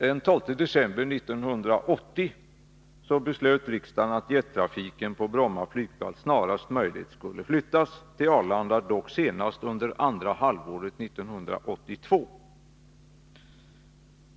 Den 12 december 1980 beslöt riksdagen att jettrafiken på Bromma flygplats snarast möjligt skulle flyttas till Arlanda, dock senast under andra halvåret 1982.